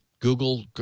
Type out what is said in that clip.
Google